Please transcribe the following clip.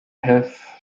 have